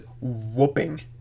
whooping